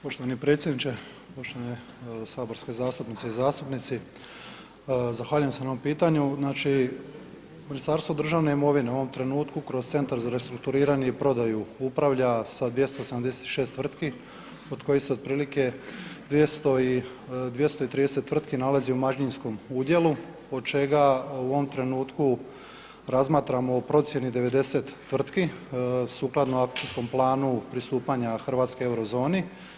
Poštovani predsjedniče, poštovane saborske zastupnice i zastupnici, zahvaljujem se na ovom pitanju, znači Ministarstvo državne imovine u ovom trenutku kroz Centar za restrukturiranje i prodaju upravlja sa 286 tvrtki od kojih se otprilike 230 tvrtki nalazi u manjinskom udjelu od čega u ovom trenutku razmatramo o procjeni 90 tvrtki sukladno Akcijskom planu pristupanja Hrvatske euro zoni.